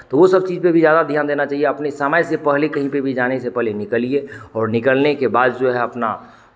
तो वो सब चीज़ पे भी ज़्यादा ध्यान देना चाहिए अपने समय से पहले कहीं भी पे जाने से पहले निकलिए और निकलने के बाद जो है अपना